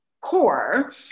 core